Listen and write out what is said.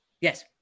Yes